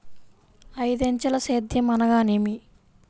ఐదంచెల సేద్యం అనగా నేమి?